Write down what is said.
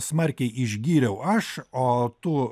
smarkiai išgyriau aš o tu